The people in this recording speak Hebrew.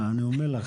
אני אומר לך,